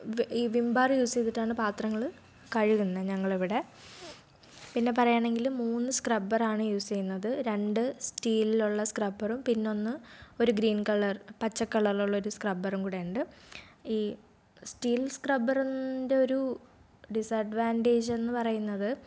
Vim ഈ Vim bar use ചെയ്തിട്ടാണ് പാത്രങ്ങൾ കഴുകുന്നത് ഞങ്ങളിവിടെ പിന്നെ പറയുകയാണെങ്കിൽ മൂന്ന് സ്ക്രബ്ബറാണ് യൂസ് ചെയ്യുന്നത് രണ്ട് സ്റ്റീലിലുള്ള സ്ക്രബ്ബറും പിന്നൊന്ന് ഒരു ഗ്രീൻ കളർ പച്ച കളറിലുള്ള ഒരു സ്ക്രബ്ബറും കൂടെ ഉണ്ട് ഈ സ്റ്റീൽ സ്ക്രബ്ബറിൻ്റെ ഒരു ഡിസ്അഡ്വാൻറ്റേജ് എന്നു പറയുന്നത്